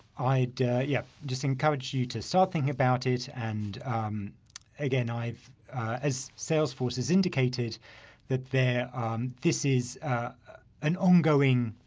i'd ah yeah just encourage you to start thinking about it and again i've ah as salesforce has indicated that there um this is ah an ongoing